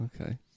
Okay